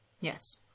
Yes